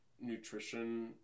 nutrition